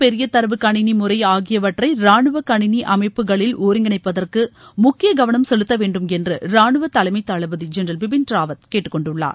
பெரிய தரவு கணினி முறை ஆகியவற்றை ரானுவ கணினி அமைப்புகளில் ஒருங்கிணைப்பதற்கு முக்கிய கவனம் செலுத்தவேண்டும் என்று ராணுவ தலைமை தளபதி ஜென்ரல் பிபின் ராவத் கேட்டுக்கொண்டுள்ளார்